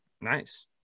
Nice